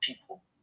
people